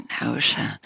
notion